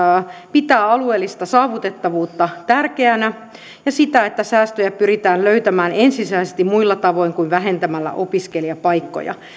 pitää alueellista saavutettavuutta tärkeänä ja sitä että säästöjä pyritään löytämään ensisijaisesti muilla tavoin kuin vähentämällä opiskelijapaikkoja